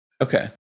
okay